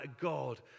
God